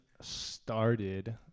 started